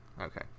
Okay